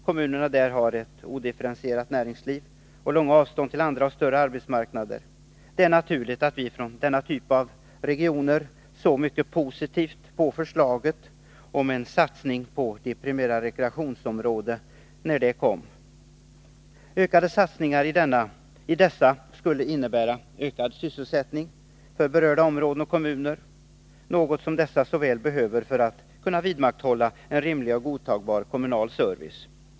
Kommunerna där har ett odifferentierat näringsliv och långa avstånd till andra och större arbetsmarknader. Det är naturligt att vi från den typen av regioner såg mycket positivt på förslaget om en satsning på de primära rekreationsområdena, när det lades fram. Ökade satsningar skulle innebära ökad sysselsättning för berörda områden och kommuner, något som dessa så väl behöver för att kunna vidmakthålla en rimlig och godtagbar kommunal service.